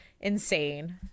insane